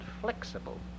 flexible